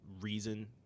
reason